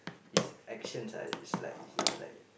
his actions are he's like he's like